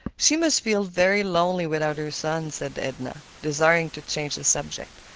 she must feel very lonely without her son, said edna, desiring to change the subject.